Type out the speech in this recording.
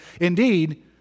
indeed